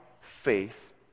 faith